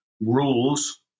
Rules